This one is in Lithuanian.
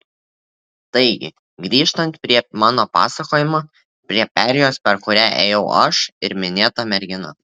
taigi grįžtant prie mano pasakojimo prie perėjos per kurią ėjau aš ir minėta mergina